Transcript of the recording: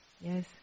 Yes